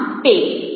આમ પેરિસ